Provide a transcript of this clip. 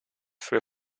für